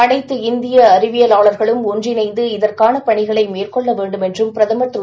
அனைத்து இந்தியஅறிவியலாளர்களும் இஒன்றிணைந்து இதற்கானபணிகளைமேற்கொள்ளவேண்டும் என்றும் பிரதமர் திரு